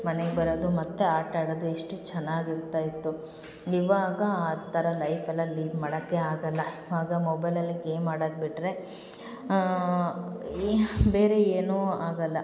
ಮನೆಗೆ ಬರೋದು ಮತ್ತು ಆಟಡೋದು ಎಷ್ಟು ಚೆನ್ನಾಗಿ ಇರ್ತಾ ಇತ್ತು ಇವಾಗ ಆ ಥರ ಲೈಫ್ ಎಲ್ಲ ಲೀಡ್ ಮಾಡಕ್ಕೆ ಆಗಲ್ಲ ಆಗ ಮೊಬೈಲಲ್ಲಿ ಗೇಮ್ ಆಡದು ಬಿಟ್ಟರೆ ಈ ಬೇರೆ ಏನೂ ಆಗಲ್ಲ